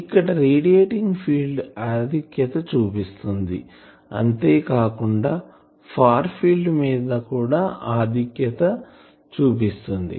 ఇక్కడ radiating field ఆధిక్యత చూపిస్తుంది అంతే కాకుండా ఫార్ ఫీల్డ్ మీద కూడా ఆధిక్యత చూపిస్తుంది